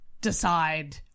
decide